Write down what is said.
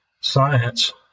science